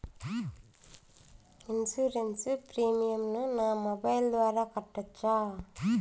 Insurance premium ను నా mobile ద్వారా కట్టొచ్చా?